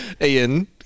Ian